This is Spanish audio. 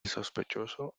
sospechoso